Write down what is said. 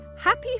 happy